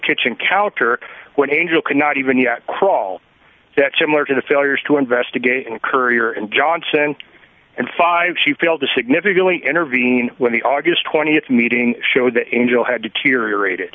kitchen counter when angel could not even yet crawl that similar to the failures to investigate and courier and johnson and five she failed to significantly intervene when the august th meeting showed that angel had deteriorated